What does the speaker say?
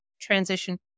transition